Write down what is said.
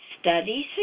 Studies